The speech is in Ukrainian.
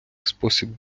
спосіб